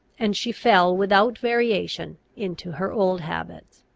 and she fell without variation into her old habits.